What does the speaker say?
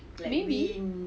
maybe